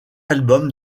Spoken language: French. album